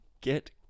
get